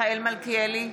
מיכאל מלכיאלי,